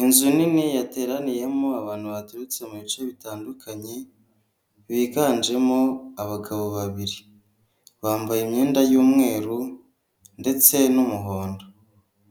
Inzu nini yateraniyemo abantu baturutse mu bice bitandukanye, biganjemo abagabo babiri bambaye imyenda y'umweru ndetse n'umuhondo